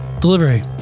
delivery